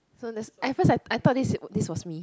so then at first I thought I thought this was me